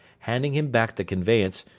handing him back the conveyance,